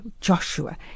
Joshua